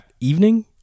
evening